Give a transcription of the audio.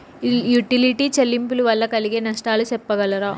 Utility చెల్లింపులు వల్ల కలిగే లాభాలు సెప్పగలరా?